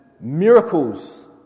miracles